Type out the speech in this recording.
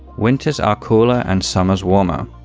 winters are cooler and summers warmer.